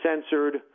censored